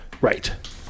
Right